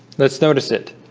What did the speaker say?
let's notice it